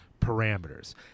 parameters